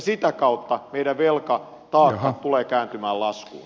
sitä kautta meidän velkataakkamme tulee kääntymään laskuun